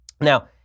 Now